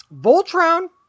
Voltron